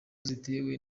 ziterwa